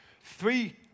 three